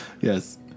Yes